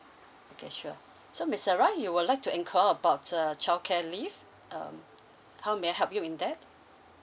okay sure so miss sarah you would like to inquire about the childcare leave um how may I help you in that